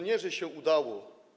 Nie, że się udało.